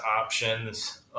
options